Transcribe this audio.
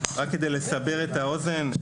רק כדי לסבר את האוזן,